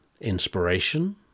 inspiration